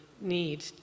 need